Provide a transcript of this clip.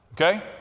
okay